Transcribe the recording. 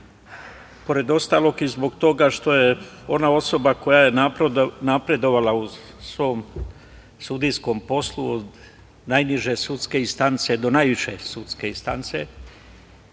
pored ostalog i zbog toga što je ona osoba, koja je napredovala u svom sudijskom poslu, najniže sudske instance do najviše sudske instance